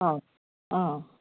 অঁ অঁ